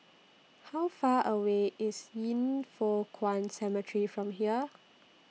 How Far away IS Yin Foh Kuan Cemetery from here